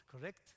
correct